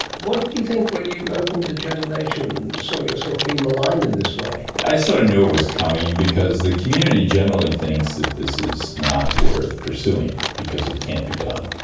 what did you think when you opened the journal nature and saw yourself being maligned in this way? i sort of knew it was coming, because the community generally thinks that this not worth pursuing, because it can't be done.